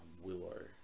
willow